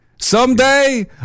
Someday